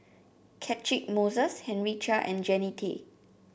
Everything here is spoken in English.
Catchick Moses Henry Chia and Jannie Tay